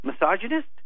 misogynist